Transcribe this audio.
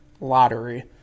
lottery